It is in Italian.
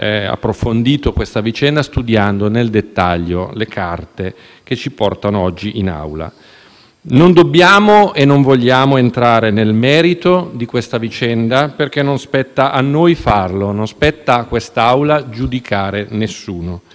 Non dobbiamo e non vogliamo entrare nel merito della vicenda, perché non spetta a noi farlo. Non spetta a quest'Assemblea giudicare nessuno. Noi ci dobbiamo limitare ad alcune valutazioni di carattere strettamente giuridico